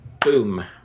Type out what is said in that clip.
boom